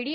D